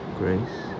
grace